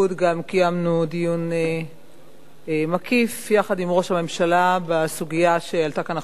גם קיימנו דיון מקיף יחד עם ראש הממשלה בסוגיה שעלתה כאן עכשיו